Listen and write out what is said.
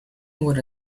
would